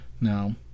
Now